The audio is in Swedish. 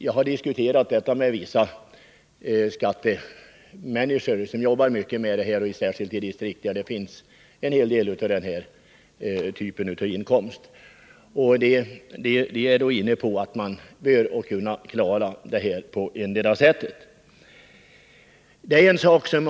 Jag har diskuterat saken med människor som jobbar mycket med skattefrågor av detta slag. Det gäller särskilt de distrikt där det finns en hel del människor med den här typen av inkomst. De anser att man bör kunna klara den här saken på något sätt.